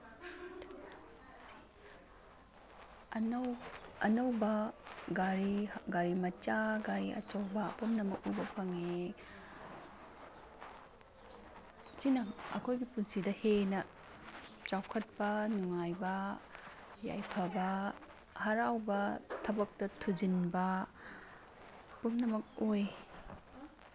ꯑꯅꯧ ꯑꯅꯧꯕ ꯒꯥꯔꯤ ꯒꯥꯔꯤ ꯃꯆꯥ ꯒꯥꯔꯤ ꯑꯆꯧꯕ ꯄꯨꯝꯅꯃꯛ ꯎꯕ ꯐꯪꯉꯤ ꯁꯤꯅ ꯑꯩꯈꯣꯏꯒꯤ ꯄꯨꯟꯁꯤꯗ ꯍꯦꯟꯅ ꯆꯥꯎꯈꯠꯄ ꯅꯨꯡꯉꯥꯏꯕ ꯌꯥꯏꯐꯕ ꯍꯔꯥꯎꯕ ꯊꯕꯛꯇ ꯊꯨꯖꯤꯟꯕ ꯄꯨꯝꯅꯃꯛ ꯑꯣꯏ